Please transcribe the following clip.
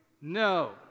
no